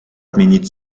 отменить